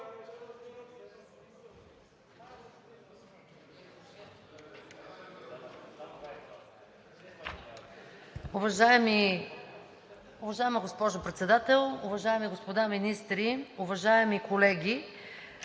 Уважаема госпожо Председател, уважаеми господа министри, уважаеми колеги!